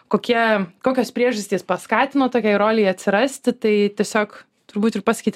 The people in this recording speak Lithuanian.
kokie kokios priežastys paskatino tokiai rolei atsirasti tai tiesiog turbūt ir pasakyt